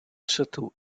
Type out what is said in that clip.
château